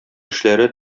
эшләре